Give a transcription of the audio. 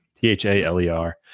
T-H-A-L-E-R